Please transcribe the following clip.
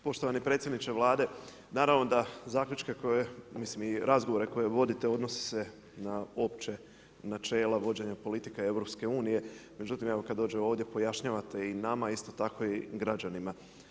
Poštovani predsjedniče Vlade, naravno da zaključke koje, mislim i razgovore koje vodite odnosi se na opća načela vođenja politike EU, međutim, evo kada dođe ovdje pojašnjavate i nama isto tako i građanima.